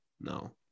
no